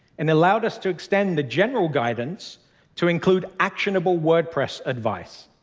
and allowed us to extend the general guidance to include actionable wordpress advice.